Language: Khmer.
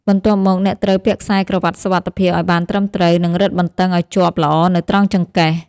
បន្ទាប់មក អ្នកត្រូវពាក់ខ្សែក្រវាត់សុវត្ថិភាព ឱ្យបានត្រឹមត្រូវ និងរឹតបន្តឹងឱ្យជាប់ល្អនៅត្រង់ចង្កេះ។